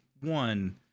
one